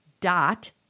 dot